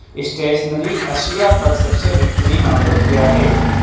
stationery اشیا پر سب سے بہترین آفر کیا ہے